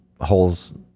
holes